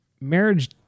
marriage